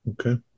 Okay